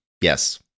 yes